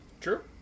True